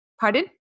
Pardon